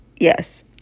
Yes